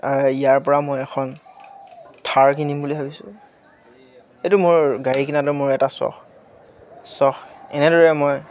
ইয়াৰ পৰা মই এখন থাৰ কিনিম বুলি ভাবিছোঁ এইটো মোৰ গাড়ী কিনাটো মোৰ এটা চখ চখ এনেদৰে মই